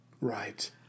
Right